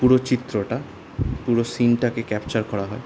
পুরো চিত্রটা পুরো সিনটাকে ক্যাপচার করা হয়